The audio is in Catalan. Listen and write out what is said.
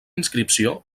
inscripció